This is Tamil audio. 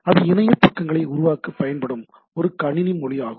அது இணைய பக்கங்களை உருவாக்க பயன்படும் ஒரு கணினி மொழி ஆகும்